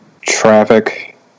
Traffic